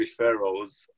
referrals